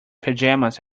pajamas